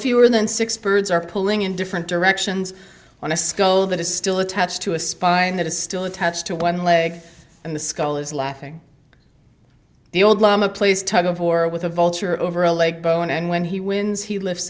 fewer than six persons are pulling in different directions on a skull that is still attached to a spine that is still attached to one leg and the skull is laughing the old lama plays tug of war with a vulture over a leg bone and when he wins he lifts